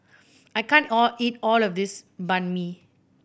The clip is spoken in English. I can't all eat all of this Banh Mi